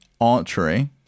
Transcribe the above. archery